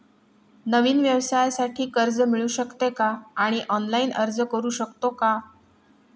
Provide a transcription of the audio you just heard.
नवीन व्यवसायासाठी कर्ज मिळू शकते का आणि ऑनलाइन अर्ज करू शकतो का?